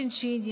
עם השינשינים,